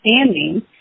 understanding